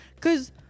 Cause